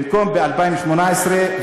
במקום ב-2018,